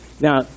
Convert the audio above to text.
Now